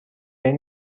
این